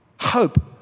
Hope